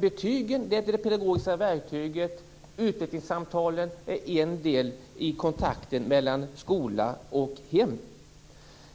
Betygen som pedagogiskt verktyg och utvecklingssamtalen är en del i kontakten mellan skola och hem.